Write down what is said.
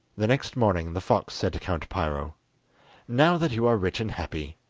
the next morning the fox said to count piro now that you are rich and happy,